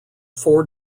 four